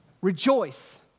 Rejoice